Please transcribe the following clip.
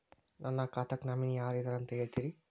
ನನ್ನ ಖಾತಾಕ್ಕ ನಾಮಿನಿ ಯಾರ ಇದಾರಂತ ಹೇಳತಿರಿ?